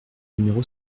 numéro